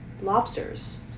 Lobsters